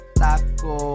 taco